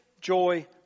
joy